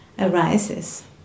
arises